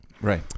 Right